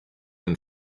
and